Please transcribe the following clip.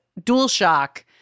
DualShock